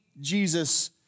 Jesus